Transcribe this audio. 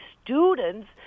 students